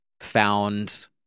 found